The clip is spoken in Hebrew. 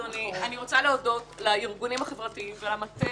אדוני: אני רוצה להודות לארגונים חברתיים ולמטה